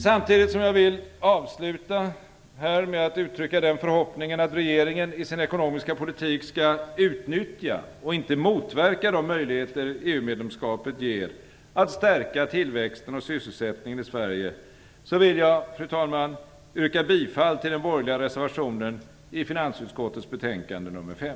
Samtidigt som jag vill avsluta med att uttrycka den förhoppningen att regeringen i sin ekonomiska politik skall utnyttja och inte motverka de möjligheter EU medlemskapet ger att stärka tillväxten och sysselsättningen i Sverige, vill jag, fru talman, yrka bifall till den borgerliga reservationen till finansutskottets betänkande nr 5.